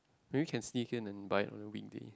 maybe can see again and buy on other weekday